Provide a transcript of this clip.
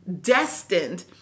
destined